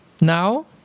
now